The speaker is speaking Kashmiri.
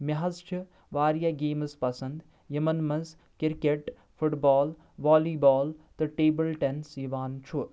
مےٚ حظ چھِ واریاہ گیمس پسند یمن منٛز cricket football volleyball تہٕ ٹیٖبل ٹینس یوان چھُ